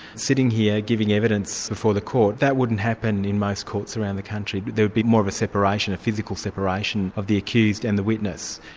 sitting here, giving evidence before the court. that wouldn't happen in most courts around the country there'd be more of a physical separation of the accused and the witness.